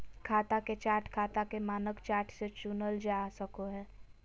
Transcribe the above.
खाता के चार्ट खाता के मानक चार्ट से चुनल जा सको हय